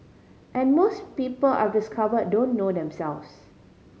and most people I've discovered don't know themselves